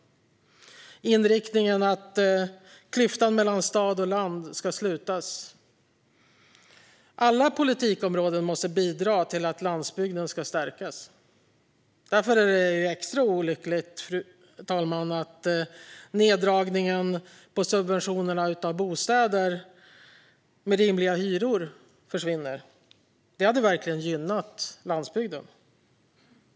Inriktningen är att klyftan mellan stad och land ska slutas. Alla politikområden måste bidra till att landsbygden stärks. Det är därför extra olyckligt, fru talman, att neddragningen på subventionerna av bostäder med rimliga hyror försvinner. De hade verkligen gynnat landsbygden.